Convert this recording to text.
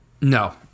No